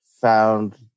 found